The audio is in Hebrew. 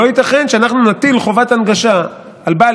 לא ייתכן שאנחנו נטיל חובת הנגשה על בעל